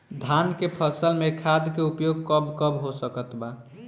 धान के फसल में खाद के उपयोग कब कब हो सकत बा?